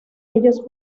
ellos